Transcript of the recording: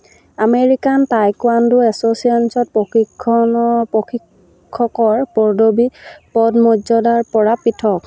American taekwondo এছ'চিয়েশ্যনত প্ৰশিক্ষণৰ প্ৰশিক্ষকৰ পদবী পদ মৰ্যাদাৰ পৰা পৃথক